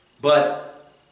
but